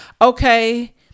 okay